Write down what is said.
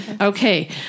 Okay